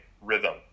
rhythm